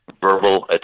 verbal